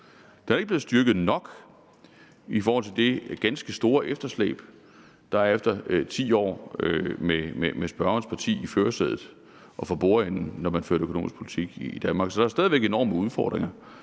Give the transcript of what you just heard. Den er ikke blevet styrket nok i forhold til det ganske store efterslæb, der er efter 10 år med spørgerens parti i førersædet og for bordenden, når man har ført økonomisk politik i Danmark. Så der er stadig væk enorme udfordringer,